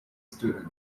student